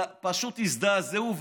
פשוט תזדעזעו.